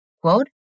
quote